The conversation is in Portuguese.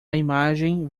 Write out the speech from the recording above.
imagem